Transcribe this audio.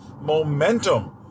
momentum